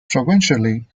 provincially